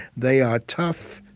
they are tough,